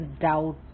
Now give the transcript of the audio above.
doubt